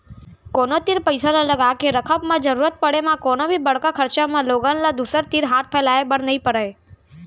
कोनो तीर पइसा ल लगाके रखब म जरुरत पड़े म कोनो भी बड़का खरचा म लोगन ल दूसर तीर हाथ फैलाए बर नइ परय